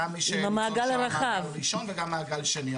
גם מי שניצול שואה מעגל ראשון וגם מעגל שני,